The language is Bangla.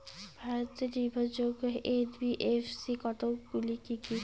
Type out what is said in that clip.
ভারতের নির্ভরযোগ্য এন.বি.এফ.সি কতগুলি কি কি?